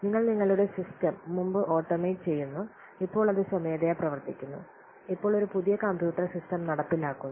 നിങ്ങൾ നിങ്ങളുടെ സിസ്റ്റം മുമ്പ് ഓടോമയ്റ്റ് ചെയ്യുന്നു ഇപ്പോൾ അത് സ്വമേധയാ പ്രവർത്തിക്കുന്നു ഇപ്പോൾ ഒരു പുതിയ കമ്പ്യൂട്ടർ സിസ്റ്റം നടപ്പിലാക്കുന്നു